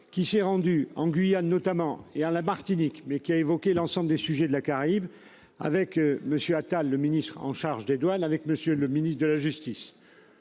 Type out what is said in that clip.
qui s'est rendu en Guyane notamment et à la Martinique mais qui a évoqué l'ensemble des sujets de la caraïbe avec monsieur Attal, le ministre en charge des douanes avec monsieur le ministre de la justice.